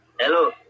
Hello